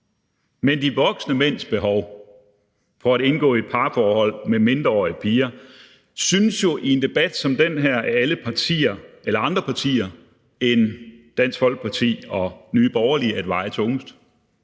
men de voksne mænds behov for at indgå i et parforhold med mindreårige piger synes jo i en debat som den her for alle partier, alle andre partier end Dansk Folkeparti og Nye Borgerlige, at veje tungest.